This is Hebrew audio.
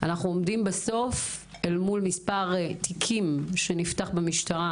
אנחנו עומדים בסוף אל מול מספר מועט של תיקים שנפתח במשטרה,